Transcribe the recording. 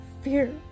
Fear